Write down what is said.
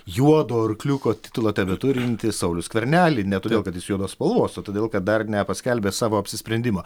juodo arkliuko titulą tebeturintį saulių skvernelį ne todėl kad jis juodos spalvos o todėl kad dar nepaskelbė savo apsisprendimo